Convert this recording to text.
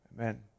Amen